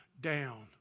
down